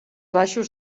baixos